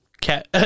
Cat